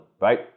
right